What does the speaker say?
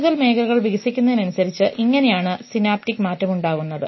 കൂടുതൽ മേഖലകൾ വികസിക്കുന്നതിനനുസരിച്ച് ഇങ്ങനെയാണ് സിനാപ്റ്റിക് മാറ്റമുണ്ടാകുന്നത്